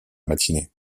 matinée